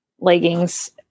leggings